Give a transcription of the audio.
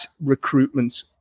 recruitment